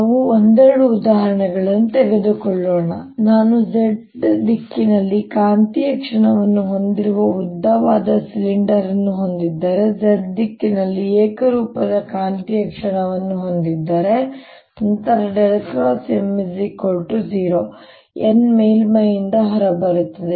ನಾವು ಒಂದೆರಡು ಉದಾಹರಣೆಗಳನ್ನು ತೆಗೆದುಕೊಳ್ಳೋಣ ನಾನು z ದಿಕ್ಕಿನಲ್ಲಿ ಕಾಂತೀಯ ಕ್ಷಣವನ್ನು ಹೊಂದಿರುವ ಉದ್ದವಾದ ಸಿಲಿಂಡರ್ ಅನ್ನು ಹೊಂದಿದ್ದರೆ z ದಿಕ್ಕಿನಲ್ಲಿ ಏಕರೂಪದ ಕಾಂತೀಯ ಕ್ಷಣವನ್ನು ಹೊಂದಿದ್ದರೆ ನಂತರ M0 ಆಗಿರುತ್ತದೆ n ಮೇಲ್ಮೈಯಿಂದ ಹೊರಬರುತ್ತದೆ